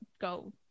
go